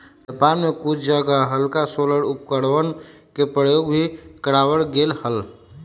Japan में कुछ जगह हल्का सोलर उपकरणवन के प्रयोग भी करावल गेले हल